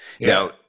Now